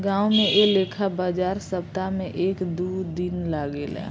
गांवो में ऐ लेखा बाजार सप्ताह में एक दू दिन लागेला